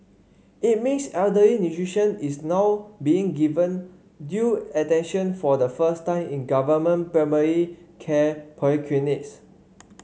it means elderly nutrition is now being given due attention for the first time in government primary care polyclinics